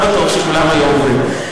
לא בטוח שכולם היו עוברים.